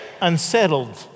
unsettled